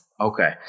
Okay